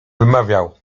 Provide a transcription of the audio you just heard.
wymawiał